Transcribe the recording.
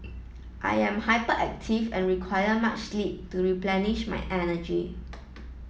I am hyperactive and require much sleep to replenish my energy